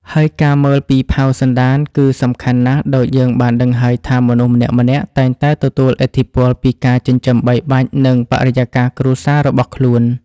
ហើយការមើលពីផៅសន្តានគឺសំខាន់ណាស់ ដូចយើងបានដឹងហើយថាមនុស្សម្នាក់ៗតែងតែទទួលឥទ្ធិពលពីការចិញ្ចឹមបីបាច់ និងបរិយាកាសគ្រួសាររបស់ខ្លួន។